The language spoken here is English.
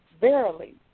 Verily